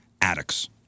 addicts